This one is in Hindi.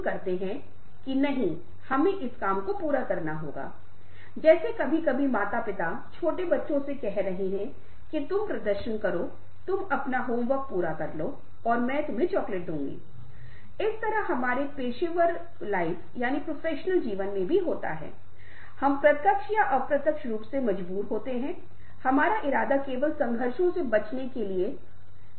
सहकर्मी को कोचिंग देना अपने कौशल में सुधार करना एक ऐसी चीज है जो तब हो सकती है जब हम सहानुभूति पर ध्यान केंद्रित करना शुरू करते हैं जब हम दूसरे लोगों की रुचि को देखना शुरू करते हैं और जब हम अच्छे संचारक होते हैं तो इनका संयोजन हमें सिखाएगा कि अच्छे कोच कैसे बनें